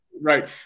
right